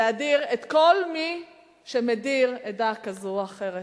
להדיר את כל מי שמדיר עדה כזאת או אחרת.